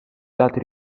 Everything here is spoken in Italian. dati